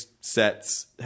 sets